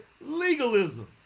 legalism